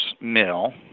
Mill